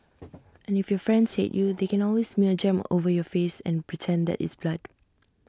and if your friends hate you they can always smear jam over your face and pretend that it's blood